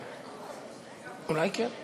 אם כן,